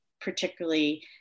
particularly